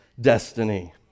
destiny